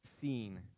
seen